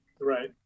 Right